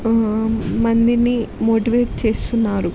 మందిని మోటివేట్ చేస్తున్నారు